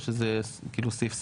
או שזה כאילו סעיף סעיף?